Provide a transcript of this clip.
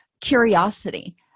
curiosity